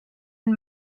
and